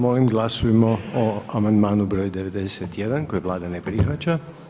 Molim glasujmo o amandmanu broj 91. koji Vlada ne prihvaća.